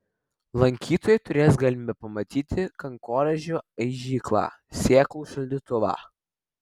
lankytojai turės galimybę pamatyti kankorėžių aižyklą sėklų šaldytuvą